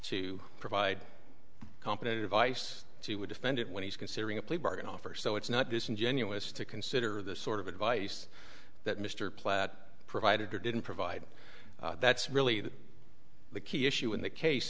to provide competent of ice to would defend it when he's considering a plea bargain offer so it's not disingenuous to consider the sort of advice that mr platt provided or didn't provide that's really the key issue in the case